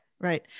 Right